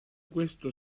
questo